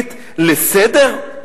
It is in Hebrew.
לפרקליט לסדר?